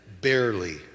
barely